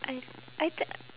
I I d~